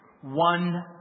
One